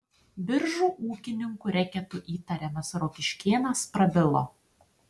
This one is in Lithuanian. biržų ūkininkų reketu įtariamas rokiškėnas prabilo